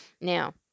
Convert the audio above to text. now